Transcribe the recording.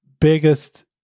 biggest